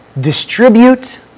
Distribute